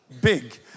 big